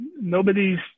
nobody's